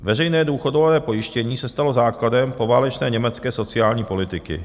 Veřejné důchodové pojištění se stalo základem poválečné německé sociální politiky.